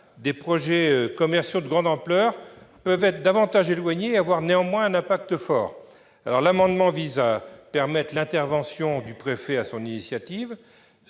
des projets commerciaux de grande ampleur peuvent être davantage éloignés et avoir néanmoins un impact fort. L'amendement tend donc à permettre l'intervention du préfet sur sa propre initiative.